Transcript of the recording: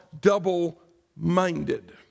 double-minded